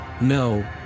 No